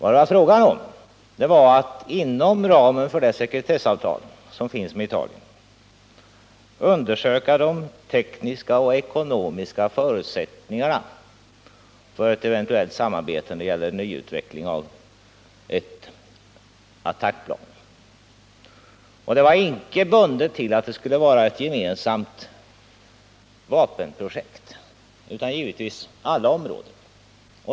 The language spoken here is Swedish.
Det har varit fråga om att inom ramen för det sekretessavtal som finns med Italien undersöka de tekniska och ekonomiska förutsättningarna för ett eventuellt samarbete när det gäller nyutveckling av ett attackplan. Detta var icke bundet till att det skulle vara ett gemensamt vapenprojekt på alla områden.